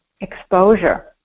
exposure